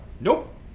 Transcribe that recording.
nope